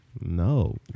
No